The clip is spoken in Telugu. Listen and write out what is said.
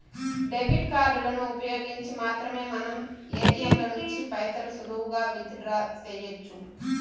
డెబిట్ కార్డులను ఉపయోగించి మాత్రమే మనం ఏటియంల నుంచి పైసలు సులువుగా విత్ డ్రా సెయ్యొచ్చు